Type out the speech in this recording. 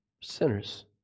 Sinners